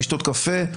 לשתות קפה,